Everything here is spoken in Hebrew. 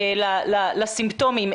לסימפטומים,